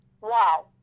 wow